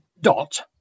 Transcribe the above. Dot